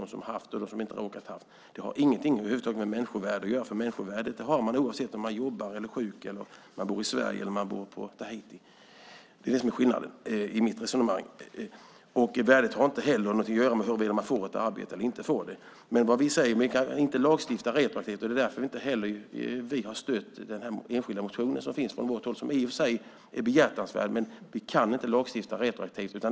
Det har över huvud taget ingenting med människovärde att göra, för människovärde har man oavsett om man jobbar, är sjuk, bor i Sverige eller på Tahiti. Det är det som är skillnaden med mitt resonemang. Värdet har heller ingenting att göra med huruvida man får ett arbete eller inte. Vad vi säger är att man inte kan lagstifta retroaktivt, och därför har vi inte heller stött den enskilda motion som finns. Den är i och för sig behjärtansvärd, men vi kan inte lagstifta retroaktivt.